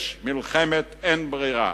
יש מלחמת אין ברירה,